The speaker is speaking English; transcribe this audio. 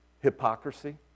hypocrisy